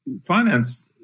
finance